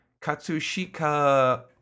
Katsushika